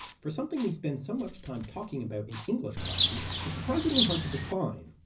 for something we spend so much time talking about in english classes, it's surprisingly hard to define,